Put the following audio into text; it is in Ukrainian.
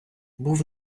був